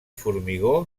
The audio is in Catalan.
formigó